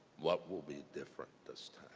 what will be different this